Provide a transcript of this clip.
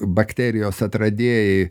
bakterijos atradėjai